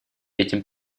этим